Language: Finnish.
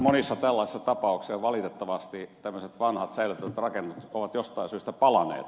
monissa tällaisissa tapauksissa valitettavasti tällaiset vanhat säilytettävät rakennukset ovat jostain syystä palaneet